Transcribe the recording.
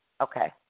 Okay